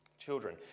Children